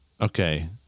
okay